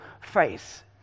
face